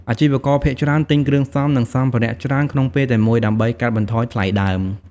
អាជីវករភាគច្រើនទិញគ្រឿងផ្សំ និងសម្ភារៈច្រើនក្នុងពេលតែមួយ ដើម្បីកាត់បន្ថយថ្លៃដើម។